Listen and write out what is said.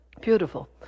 Beautiful